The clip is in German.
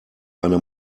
eine